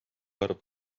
arv